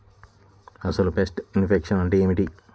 అసలు pest infection అంటే ఏమిటి?